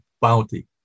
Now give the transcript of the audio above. bounty